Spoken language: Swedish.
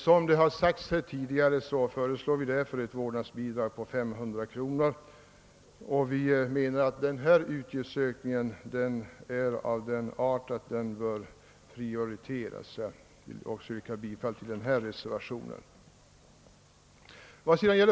Som här sagts tidigare föreslår vi ett vårdnadsbidrag på 500 kr., och vi menar att denna utgiftsökning är av sådan art att den bör prioriteras. Jag ber att också få yrka bifall till reservationen 3 vid andra lagutskottets utlåtande nr 40.